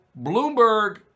Bloomberg